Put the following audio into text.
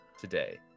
today